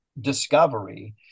discovery